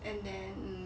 and then